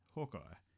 Hawkeye